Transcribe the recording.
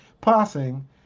passing